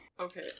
Okay